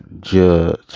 judge